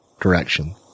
direction